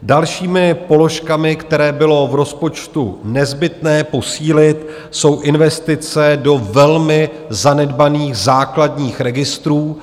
Dalšími položkami, které bylo v rozpočtu nezbytné posílit, jsou investice do velmi zanedbaných základních registrů.